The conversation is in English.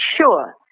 Sure